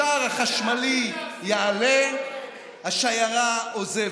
השער החשמלי יעלה, השיירה עוזבת.